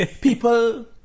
People